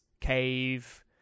cave